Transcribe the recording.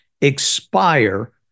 expire